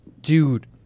Dude